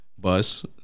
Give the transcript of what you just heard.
bus